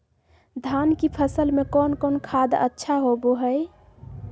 धान की फ़सल में कौन कौन खाद अच्छा होबो हाय?